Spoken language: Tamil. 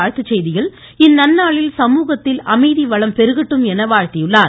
வாழ்த்துச் செய்தியில் இந்நன்னாளில் சமூகத்தில் அமைதி வளம் பெருகட்டும் என வாழ்த்தியுள்ளார்